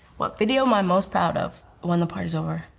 what video am i most proud of? when the party's over.